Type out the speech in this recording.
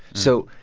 so.